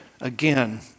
again